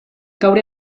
gaur